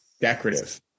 decorative